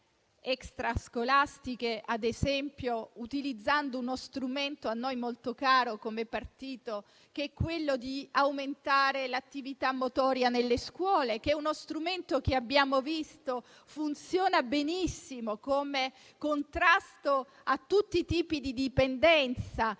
extrascolastiche, ad esempio utilizzando lo strumento, a noi molto caro come partito, di aumentare l'attività motoria nelle scuole, che abbiamo visto funzionare benissimo come contrasto a tutti i tipi di dipendenza